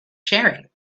sharing